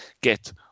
get